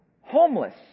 homeless